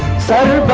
seven